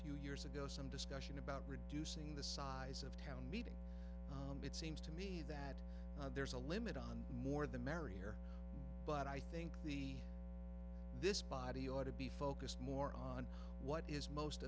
few years ago some discussion about reducing the size of town meeting it seems to me that there's a limit on more the merrier but i think the this body ought to be focused more on what is most